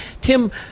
Tim